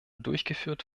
durchgeführt